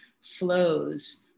flows